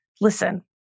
listen